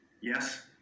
Yes